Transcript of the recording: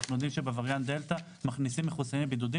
אנחנו יודעים שבווריאנט מסוג דלתא מכניסים מחוסנים לבידוד,